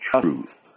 truth